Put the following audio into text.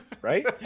Right